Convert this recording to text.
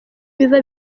biva